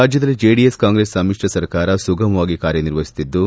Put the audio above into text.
ರಾಜ್ಞದಲ್ಲಿ JDS Congress ಸಮಿಶ್ರ ಸರ್ಕಾರ ಸುಗಮವಾಗಿ ಕಾರ್ಯನಿರ್ವಹಿಸುತ್ತಿದ್ದು